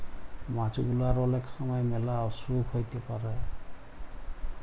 মাছ গুলার অলেক ছময় ম্যালা অসুখ হ্যইতে পারে